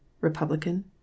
Republican